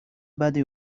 بدی